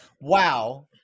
Wow